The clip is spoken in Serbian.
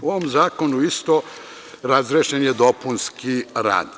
U ovom zakonu razrešen je dopunski rad.